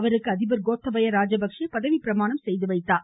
அவருக்கு அதிபர் கோத்தபய ராஜபக்ஷே பதவி பிரமாணம் செய்து வைத்தார்